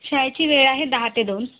शाळेची वेळ आहे दहा ते दोन